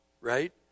right